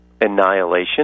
annihilation